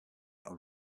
are